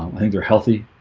i think they're healthy